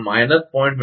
તેથી આ ઓછા 0